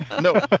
No